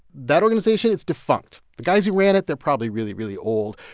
that organization is defunct. the guys who ran it, they're probably really, really old.